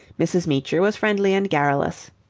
mrs. meecher was friendly and garrulous.